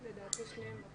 נציגי האוצר לא